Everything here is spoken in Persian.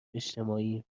اجتماعی